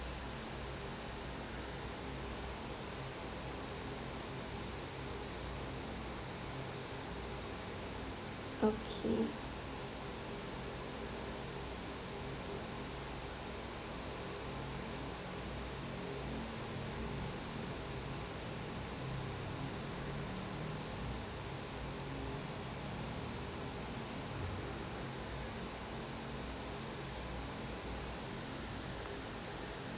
okay